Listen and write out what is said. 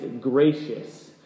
gracious